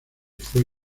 fue